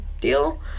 deal